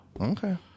Okay